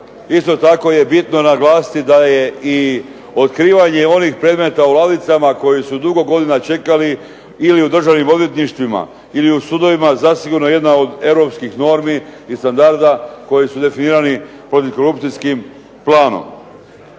isto tako je bitno naglasiti da je i otkrivanje onih predmeta u ladicama koji su dugo godina čekali ili u državnim odvjetništvima ili u sudovima zasigurno je jedna od europskih normi i standarda koji su definirani Antikorupcijskim planom.